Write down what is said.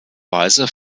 weise